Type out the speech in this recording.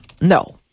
No